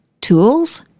tools